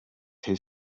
his